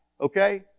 okay